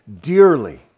dearly